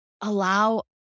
allow